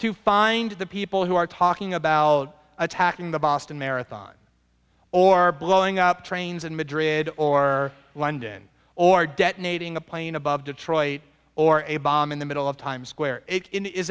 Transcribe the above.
to find the people who are talking about attacking the boston marathon or blowing up trains in madrid or london or detonating a plane above detroit or a bomb in the middle of times square it is